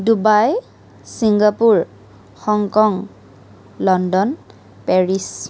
Dubai Singapore Hong Kong London Paris